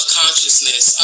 consciousness